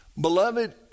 Beloved